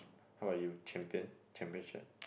how are you champion championship